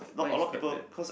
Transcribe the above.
mine is quite bad